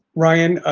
ryan,